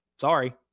sorry